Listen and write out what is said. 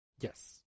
Yes